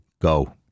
go